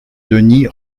denys